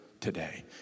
today